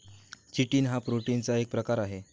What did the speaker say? chitin हा प्रोटीनचा एक प्रकार आहे